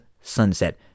Sunset